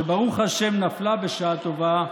שברוך השם, נפלה, בשעה טובה,